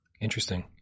Interesting